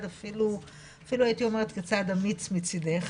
אפילו - אפילו הייתי אומרת כצעד אמיץ מצידך